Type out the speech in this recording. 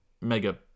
mega